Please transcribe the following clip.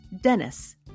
Dennis